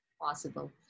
possible